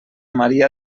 maria